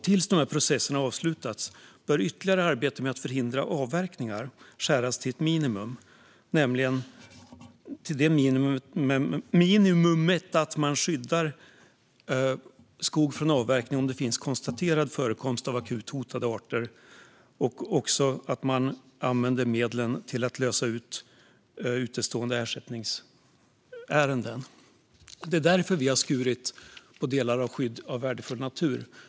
Tills dessa processer har avslutats bör ytterligare arbete med att förhindra avverkningar skäras ned till ett minimum som handlar om att skydda skog vid konstaterad förekomst av akut hotade arter och att lösa utestående ersättningsärenden. Därför har vi skurit ned på skyddet av värdefull natur.